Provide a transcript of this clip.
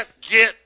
get